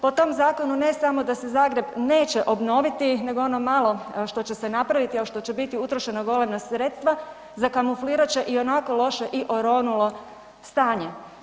Po tom zakonu, ne samo da se Zagreb neće obnoviti nego ono malo što će se napraviti, a što će biti utrošena golema sredstva, zakamuflirat će i ovako loše i oronulo stanje.